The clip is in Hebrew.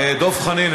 דב חנין,